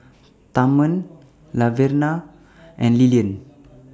Thurman Laverna and Lilyan